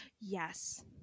Yes